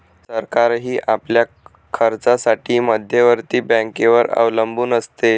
सरकारही आपल्या खर्चासाठी मध्यवर्ती बँकेवर अवलंबून असते